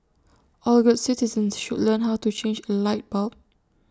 all good citizens should learn how to change A light bulb